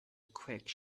quick